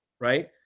right